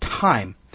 time